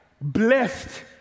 blessed